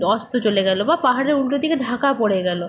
অস্ত চলে গেল বা পাহাড়ের উল্টো দিকে ঢাকা পড়ে গেল